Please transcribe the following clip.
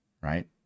right